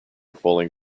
falling